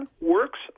works